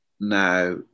now